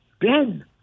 Ben